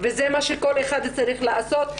וזה מה שכל אחד צריך לעשות,